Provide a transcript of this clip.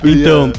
Então